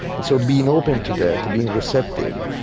so being open to that, being receptive,